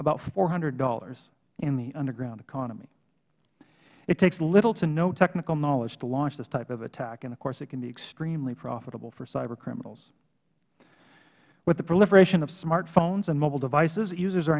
about four hundred dollars in the underground economy it takes little to no technical knowledge to launch this type of attack and it can be extremely profitable for cyber criminals with the proliferation of smart phones and mobile devices users are